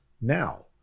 now